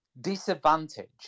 disadvantage